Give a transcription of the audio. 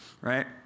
right